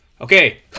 Okay